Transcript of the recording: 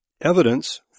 evidence